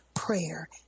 prayer